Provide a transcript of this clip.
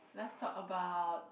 lets talk about